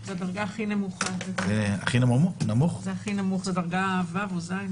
זאת הדרגה הכי נמוכה, דרגה ז'.